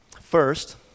First